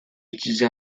utilisé